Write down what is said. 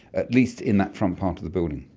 at least in that front part of the building.